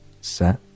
set